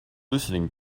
listening